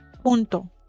Punto